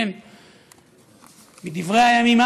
סליחה,